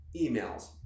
emails